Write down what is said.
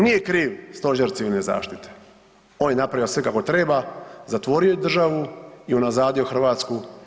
Nije kriv Stožer civilne zaštite, on je napravio sve kako treba, zatvorio je državu i unazadio Hrvatsku.